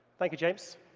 thank you, james.